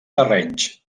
terrenys